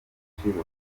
agaciro